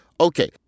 okay